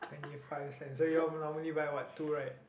twenty five cents so you all normally buy what two right